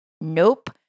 Nope